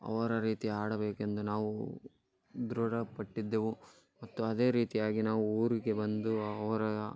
ಅವರ ರೀತಿ ಆಡಬೇಕೆಂದು ನಾವು ದೃಢಪಟ್ಟಿದ್ದೆವು ಮತ್ತು ಅದೇ ರೀತಿಯಾಗಿ ನಾವು ಊರಿಗೆ ಬಂದು ಅವರು